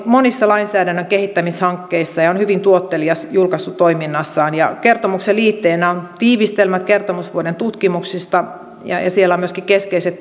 monissa lainsäädännön kehittämishankkeissa ja on hyvin tuottelias julkaisutoiminnassaan kertomuksen liitteenä on tiivistelmä kertomusvuoden tutkimuksista ja ja siellä ovat myöskin keskeiset